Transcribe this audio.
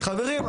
חברים,